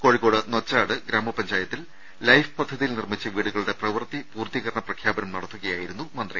കോഴിക്കോട് നൊച്ചാട് ഗ്രാമപഞ്ചായത്തിൽ ലൈഫ് പദ്ധതിയിൽ നിർമ്മിച്ച വീടുകളുടെ പ്രവൃത്തി പൂർത്തീകരണ പ്രഖ്യാപനം നടത്തുകയായിരുന്നു മന്ത്രി